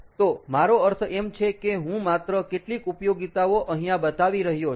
તો મારો અર્થ એમ છે કે હું માત્ર કેટલીક ઉપયોગીતાઓ અહીંયા બતાવી રહ્યો છું